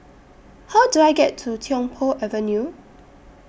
How Do I get to Tiong Poh Avenue